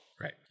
Right